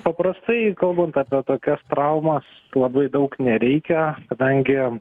paprastai kalbant apie tokias traumas labai daug nereikia kadangi